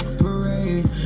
parade